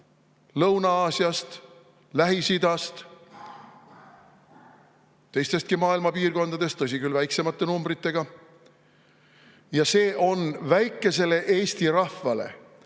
Lõuna-Aasiast, Lähis-Idast ja teistestki maailma piirkondadest, tõsi küll, väiksemate numbritega, ja see on väikesele eesti rahvale